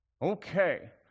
Okay